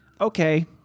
Okay